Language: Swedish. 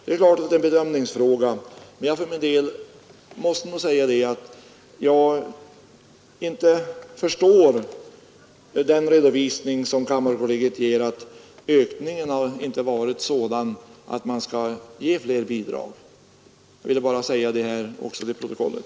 Det är klart att detta är en bedömningsfråga, men jag för min del måste säga att jag inte förstår kammarkollegiets yttrande att ökningen inte varit sådan att man vill tillstyrka fler bidrag. Jag har bara velat anföra detta till protokollet.